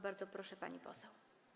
Bardzo proszę, pani poseł.